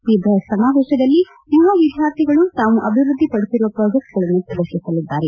ಈ ಬೃಹತ್ ಸಮಾವೇಶದಲ್ಲಿ ಯುವ ವಿದ್ಯಾರ್ಥಿಗಳು ತಾವು ಅಭಿವೃದ್ದಿಪಡಿಸಿರುವ ಪ್ರಾಜೆಕ್ಟ್ಗಳನ್ನು ಪ್ರದರ್ಶಿಸಲಿದ್ದಾರೆ